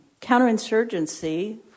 counterinsurgency